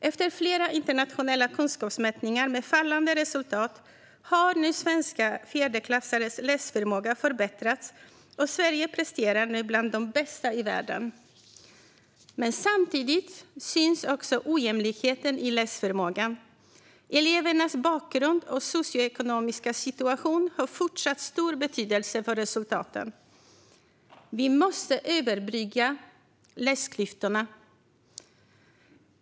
Efter flera internationella kunskapsmätningar med fallande resultat har svenska fjärdeklassares läsförmåga förbättrats, och Sverige presterar nu bland de bästa i världen. Men samtidigt syns också ojämlikheten i läsförmågan. Elevernas bakgrund och socioekonomiska situation har fortsatt stor betydelse för resultaten. Vi måste överbrygga läsklyftorna.